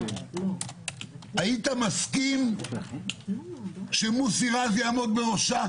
היית מסכים שמוסי רז יעמוד בראשה?